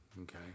okay